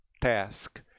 task